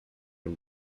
man